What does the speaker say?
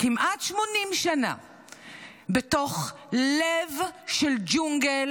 כמעט 80 שנה בתוך לב של ג'ונגל,